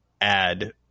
add